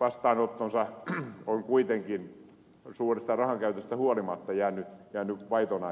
vastaanottonsa on kuitenkin suuresta rahankäytöstä huolimatta jäänyt vaitonaiseksi